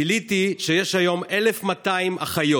גיליתי שיש היום 1,200 אחיות